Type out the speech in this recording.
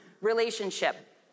relationship